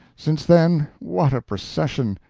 since then, what a procession!